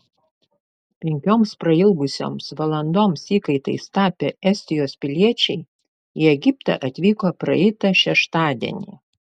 penkioms prailgusioms valandoms įkaitais tapę estijos piliečiai į egiptą atvyko praeitą šeštadienį